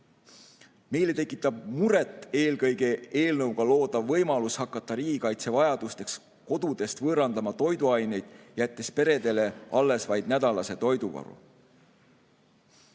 "Meile tekitab muret eelkõige eelnõuga loodav võimalus hakata riigikaitse vajadusteks kodudest võõrandama toiduaineid, jättes peredele alles vaid nädalase toiduvaru."